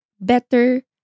better